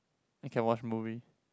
you can watch movie